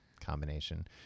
Combination